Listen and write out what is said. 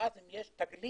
ואז אם יש תגלית,